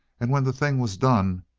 and when the thing was done,